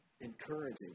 encouraging